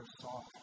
soft